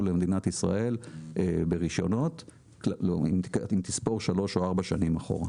למדינת ישראל ברישיונות אם תספור שלוש או ארבע שנים אחורה.